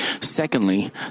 Secondly